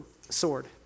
sword